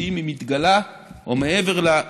שאם היא מתגלה או מעבר לה,